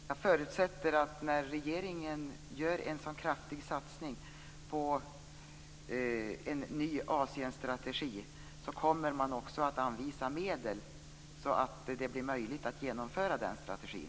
Fru talman! Jag förutsätter att regeringen när den gör en så kraftig satsning på en ny Asienstrategi också kommer att anvisa medel, så att det blir möjligt att genomföra den strategin.